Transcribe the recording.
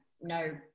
no